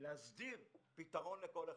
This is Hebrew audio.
להסדיר פתרון לכל אחד.